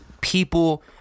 people